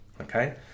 Okay